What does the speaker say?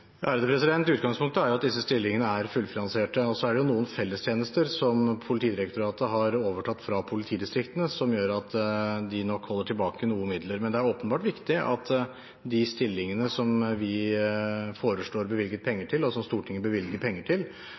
Utgangspunktet er at disse stillingene er fullfinansiert, og så er det noen fellestjenester som Politidirektoratet har overtatt fra politidistriktene, og som gjør at de nok holder tilbake noen midler. Men det er åpenbart viktig at de stillingene som vi foreslår bevilget penger til, og som Stortinget bevilger penger til,